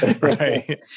Right